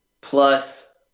Plus